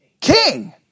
king